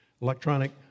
electronic